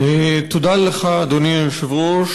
תודה לך, אדוני היושב-ראש.